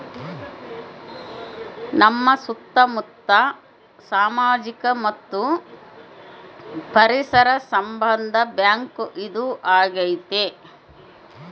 ನಮ್ ಸುತ್ತ ಮುತ್ತ ಸಾಮಾಜಿಕ ಮತ್ತು ಪರಿಸರ ಸಂಬಂಧ ಬ್ಯಾಂಕ್ ಇದು ಆಗೈತೆ